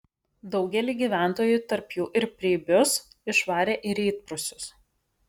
daugelį gyventojų tarp jų ir preibius išvarė į rytprūsius